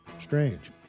Strange